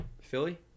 Philly